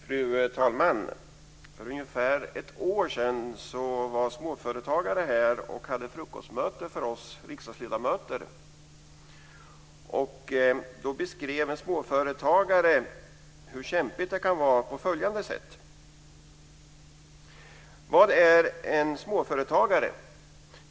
Fru talman! För ungefär ett år sedan var småföretagare här och hade ett frukostmöte med oss riksdagsledamöter. Då beskrev en småföretagare hur kämpigt det kan vara på följande sätt: Vad är en småföretagare?